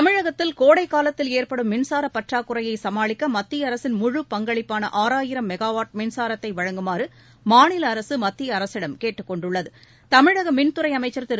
தமிழகத்தில் கோடைக்காலத்தில் ஏற்படும் மின்சாரப் பற்றாக்குறையை சமாளிக்க மத்திய அரசின் முழு பங்களிப்பான ஆறாயிரம் மெகாவாட் மின்சாரத்தை வழங்குமாறு மாநில அரசு மத்திய அரசிடம் கேட்டுக் கொண்டுள்ளது தமிழக மின்துறை அமைச்சர் திரு